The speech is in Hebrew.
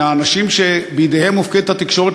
מהאנשים שבידיהם מופקדת התקשורת,